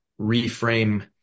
reframe